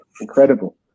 Incredible